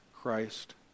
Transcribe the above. Christ